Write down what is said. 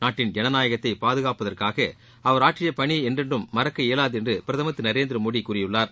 நாட்டின் ஜனநாயகத்தை பாதுகாப்பதற்காக அவர் ஆற்றிய பணி என்றென்றும் மறக்க இயலாது என்று பிரதமர் திரு நரேந்திரமோடி கூறியுள்ளார்